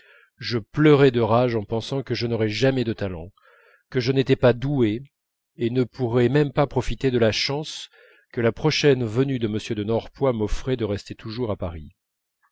je pleurais de rage en pensant que je n'aurais jamais de talent que je n'étais pas doué et ne pourrais même pas profiter de la chance que la prochaine venue de m de norpois m'offrait de rester toujours à paris